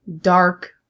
dark